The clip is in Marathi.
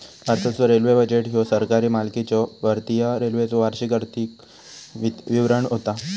भारताचो रेल्वे बजेट ह्यो सरकारी मालकीच्यो भारतीय रेल्वेचो वार्षिक आर्थिक विवरण होता